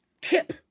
Kip